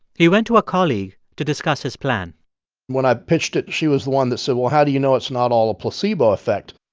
he went to a colleague to discuss his plan when i pitched it, she was the one that said, well, how do you know it's not all a placebo effect?